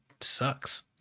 sucks